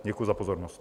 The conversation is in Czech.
Děkuji za pozornost.